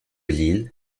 lille